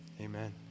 Amen